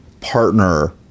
partner